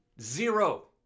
Zero